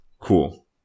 Cool